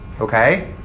okay